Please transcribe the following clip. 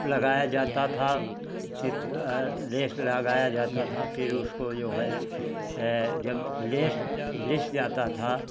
लगाया जाता था चित्र और लेस लगाया जाता है फिर उसको जो है जब लेस लिस जाता था